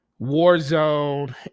Warzone